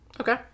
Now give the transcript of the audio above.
Okay